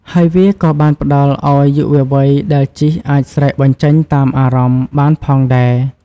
ហើយវាក៏បានផ្ដល់អោយយុវវ័យដែលជិះអាចស្រែកបញ្ចេញតាមអារម្មណ៍បានផងដែរ។